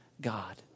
God